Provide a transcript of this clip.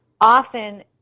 often